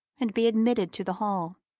and be admitted to the hall,